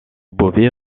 beauvais